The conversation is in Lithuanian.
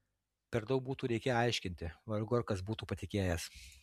per daug būtų reikėję aiškinti vargu ar kas būtų patikėjęs